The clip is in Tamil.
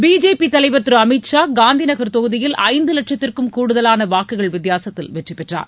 பிஜேபி தலைவர் திரு அமித் ஷா காந்தி நகர் தொகுதியில் ஐந்து வட்சத்திற்கும் கூடுதலான வாக்குகள் வித்தியாசத்தில் வெற்றி பெற்றார்